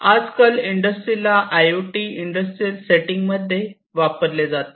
आजकाल इंडस्ट्रीला I O T industrial setting मध्ये वापरले जाते